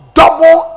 double